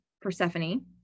Persephone